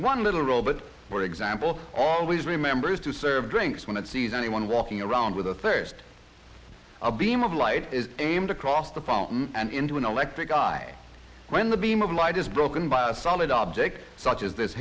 one little robot for example always remembers to serve drinks when it sees anyone walking around with a thirst a beam of light is aimed across the foam and into an electric eye when the beam of light is broken by a solid object such as this